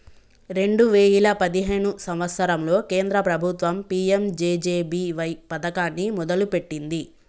రెండే వేయిల పదిహేను సంవత్సరంలో కేంద్ర ప్రభుత్వం పీ.యం.జే.జే.బీ.వై పథకాన్ని మొదలుపెట్టింది